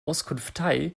auskunftei